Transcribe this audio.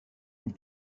une